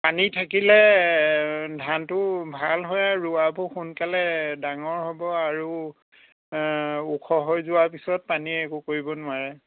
পানী থাকিলে ধানটো ভাল হয় আৰু ৰোৱাবোৰ সোনকালে ডাঙৰ হ'ব আৰু ওখ হৈ যোৱাৰ পিছত পানীয়ে একো কৰিব নোৱাৰে